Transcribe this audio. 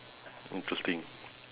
interesting